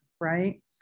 right